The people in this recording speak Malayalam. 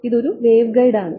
ഇത് ഒരു വേവ്ഗൈഡ് ആണ്